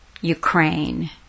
Ukraine